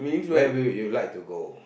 where will you like to go